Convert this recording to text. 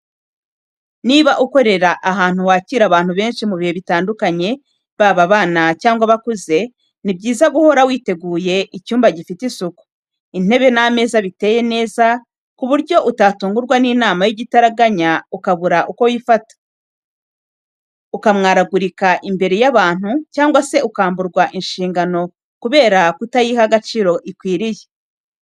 Niba ukorera ahantu wakira abantu benshi mu bihe bitandukanye, baba abana cyangwa abakuze, ni byiza guhora witeguye, icyumba gifite isuku, intebe n'ameza biteye neza, ku buryo utatungurwa n'inama y'igitaraganya ukabura uko wifata, ukamwaragurika imbere y'abantu cyangwa se ukamburwa inshingano kubera kutayiha agaciro ikwiriye.